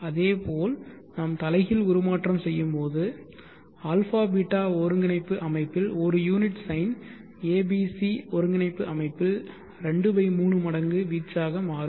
அதேபோல் நாம் தலைகீழ் உருமாற்றம் செய்யும்போது αβ ஒருங்கிணைப்பு அமைப்பில் ஒரு unit sine a b c ஒருங்கிணைப்பு அமைப்பில் 23 மடங்கு வீச்சாக மாறும்